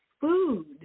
food